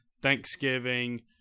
Thanksgiving